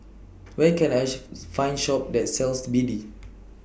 Where Can I Find Shop that sells B D